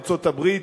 ארצות-הברית,